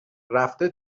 رفته